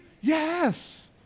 Yes